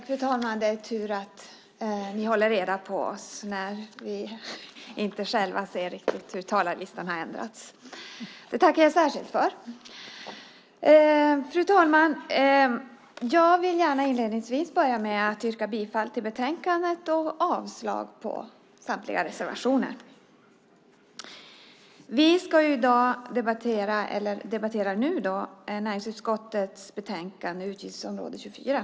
Fru talman! Det är tur att ni håller reda på oss när vi själva inte ser riktigt hur talarlistan har ändrats. Det tackar jag särskilt för! Jag vill gärna inledningsvis börja med att yrka bifall till förslaget i betänkandet och avslag på samtliga reservationer. Vi debatterar nu näringsutskottets betänkande om utgiftsområde 24.